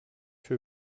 für